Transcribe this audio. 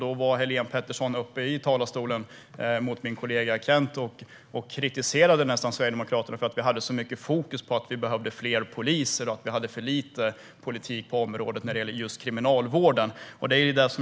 Då var Helene Petersson uppe i talarstolen mot min kollega Kent Ekeroth och kritiserade Sverigedemokraterna för att vi hade så mycket fokus på att det behövs fler poliser och att vi har för lite politik på området när det gäller kriminalvården.